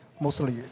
mostly